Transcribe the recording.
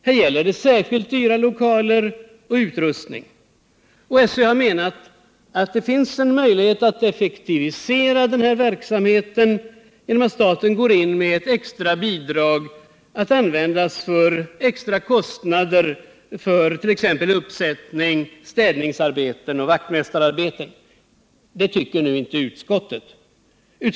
Här gäller det särskilt dyra lokaler och utrustning. SÖ har menat att det finns en möjlighet att effektivisera denna verksamhet genom att staten går in med ett extra bidrag för att användas för extrakostnader för t.ex. uppsättning, städningsoch vaktmästararbeten. Det tycker nu inte utskottet.